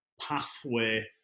pathway